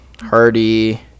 Hardy